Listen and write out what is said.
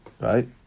Right